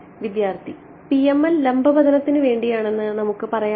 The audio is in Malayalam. വിദ്യാർത്ഥി PML ലംബ പതനത്തിന് വേണ്ടിയാണെന്ന് നമുക്ക് പറയാമോ